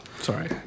Sorry